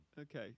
Okay